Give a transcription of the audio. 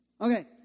Okay